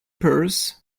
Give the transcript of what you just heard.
purse